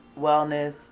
wellness